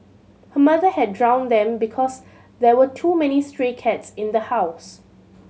her mother had drowned them because there were too many stray cats in the house